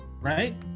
right